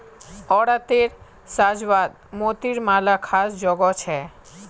औरतेर साज्वात मोतिर मालार ख़ास जोगो छे